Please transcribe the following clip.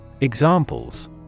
Examples